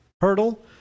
hurdle